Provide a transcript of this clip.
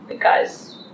guys